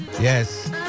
Yes